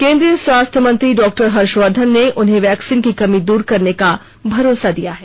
केंद्रीय स्वास्थ्य मंत्री डॉ हर्षवर्धन ने उन्हें वैक्सीन की कमी दूर करने का भरोसा दिया है